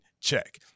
check